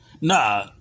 Nah